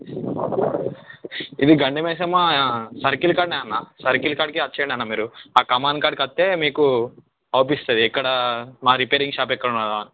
ఇది గండిమైసమ్మ సర్కిల్ కాడనే అన్న సర్కిల్ కాడికి వచ్చేయ్యండి అన్నా మీరు ఆ కమాన్ కాడికి వస్తే మీకు అగుపిస్తుంది ఎక్కడ మా రిపేరింగ్ షాప్ ఎక్కడుందని